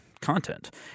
content